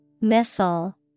Missile